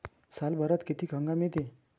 सालभरात किती हंगाम येते?